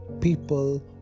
people